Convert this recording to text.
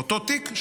באותו תיק,